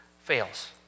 fails